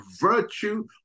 virtue